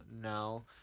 now